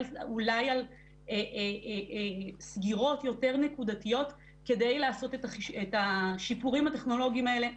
אולי על סגירות יותר נקודתיות כדי לעשות את השיפורים הטכנולוגיים האלה,